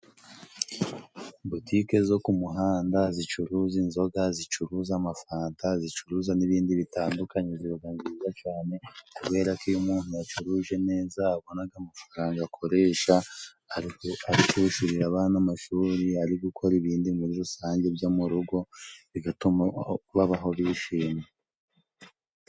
Butike zo ku muhanda zicuruza inzoga, zicuruza amafanta, zicuruza n'ibindi bitandukanye zibaga nziza cane kuberako iyo umuntu yacuruje neza abonaga amafaranga akoresha ari kwishurira abana amashuri, ari gukora ibindi muri rusange byo mu rugo bigatuma babaho bishimye.